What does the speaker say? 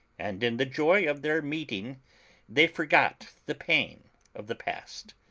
and in the joy of their meeting they forgot the pain of the past.